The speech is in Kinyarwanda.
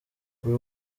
uyu